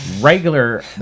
Regular